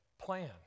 plan